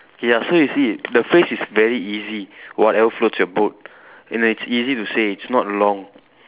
K ya so you see the phrase is very easy whatever floats your boat and then it's easy to say it's not long